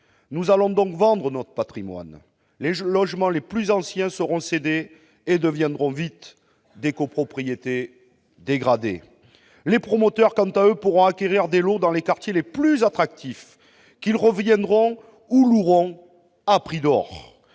Nous allons donc vendre notre patrimoine. Les logements les plus anciens seront cédés et deviendront vite des copropriétés dégradées. Les promoteurs, quant à eux, pourront acquérir, dans les quartiers les plus attractifs, des lots qu'ils revendront ou loueront à prix d'or.